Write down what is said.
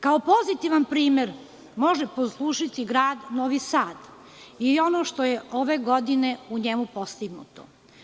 Kao pozitivan primer može poslužiti Grad Novi Sad i ono što je ove godine u njemu postignuto.